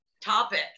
topic